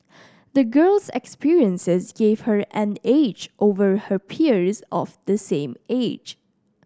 the girl's experiences gave her an edge over her peers of the same age